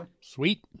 Sweet